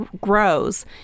grows